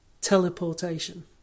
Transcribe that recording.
teleportation